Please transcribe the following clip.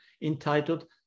entitled